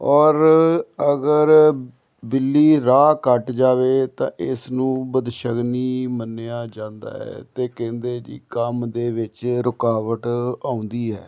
ਔਰ ਅਗਰ ਬਿੱਲੀ ਰਾਹ ਕੱਟ ਜਾਵੇ ਤਾਂ ਇਸ ਨੂੰ ਬਦਸ਼ਗਨੀ ਮੰਨਿਆ ਜਾਂਦਾ ਹੈ ਅਤੇ ਕਹਿੰਦੇ ਜੀ ਕੰਮ ਦੇ ਵਿੱਚ ਰੁਕਾਵਟ ਆਉਂਦੀ ਹੈ